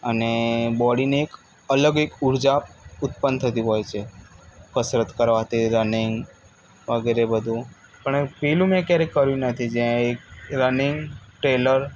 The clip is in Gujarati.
અને બોડીને એક અલગ એક ઊર્જા ઉત્પન્ન થતી હોય છે કસરત કરવાથી રનીંગ વગેરે બધું પણ પેલું મેં ક્યારેય કર્યું નથી જ્યાં એક રનીંગ ટેલર